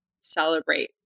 celebrate